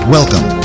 Welcome